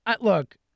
look